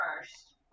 first